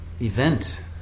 event